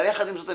אבל יחד עם זאת,